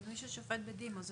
זה